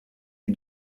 des